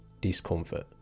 discomfort